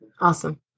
Awesome